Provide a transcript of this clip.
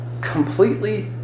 completely